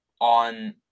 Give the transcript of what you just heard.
on